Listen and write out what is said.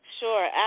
Sure